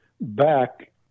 back